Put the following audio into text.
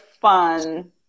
fun